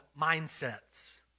mindsets